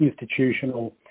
institutional